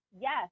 Yes